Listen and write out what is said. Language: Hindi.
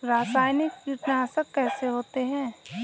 रासायनिक कीटनाशक कैसे होते हैं?